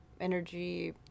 energy